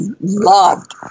loved